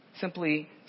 simply